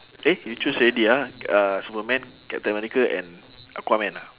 eh you choose already ah uh superman captain america and aquaman ah